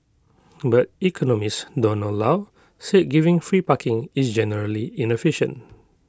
but economist Donald low said giving free parking is generally inefficient